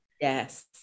Yes